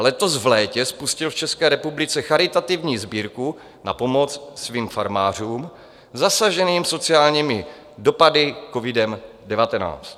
Letos v létě spustil v České republice charitativní sbírku na pomoc svým farmářům zasaženým sociálními dopady covidu19.